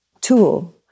tool